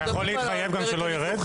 אתה יכול להתחייב גם שלא ירד?